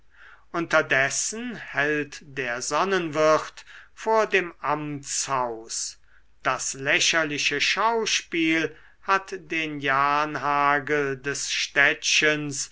unterdessen hält der sonnenwirt vor dem amtshaus das lächerliche schauspiel hat den janhagel des städtchens